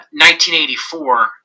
1984